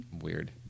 Weird